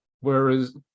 Whereas